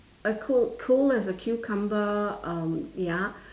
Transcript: a cool cool as a cucumber um ya